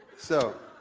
so